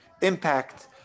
impact